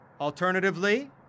Alternatively